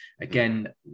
again